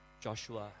Joshua